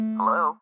Hello